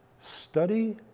study